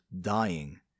dying